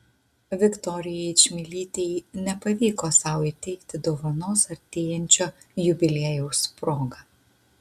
viktorijai čmilytei nepavyko sau įteikti dovanos artėjančio jubiliejaus proga